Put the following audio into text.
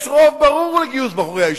יש רוב ברור לגיוס בחורי הישיבות,